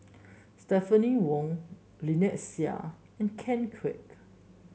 Stephanie Wong Lynnette Seah and Ken Kwek